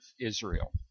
Israel